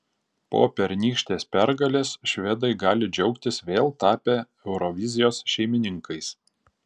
po pernykštės pergalės švedai gali džiaugtis vėl tapę eurovizijos šeimininkais